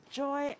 joy